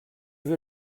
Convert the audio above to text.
veux